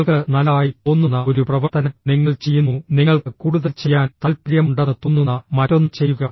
നിങ്ങൾക്ക് നല്ലതായി തോന്നുന്ന ഒരു പ്രവർത്തനം നിങ്ങൾ ചെയ്യുന്നു നിങ്ങൾക്ക് കൂടുതൽ ചെയ്യാൻ താൽപ്പര്യമുണ്ടെന്ന് തോന്നുന്ന മറ്റൊന്ന് ചെയ്യുക